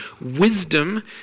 wisdom